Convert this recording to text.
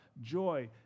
joy